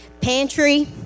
Pantry